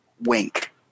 Wink